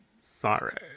sorry